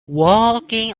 walking